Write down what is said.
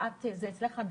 אמא שלה,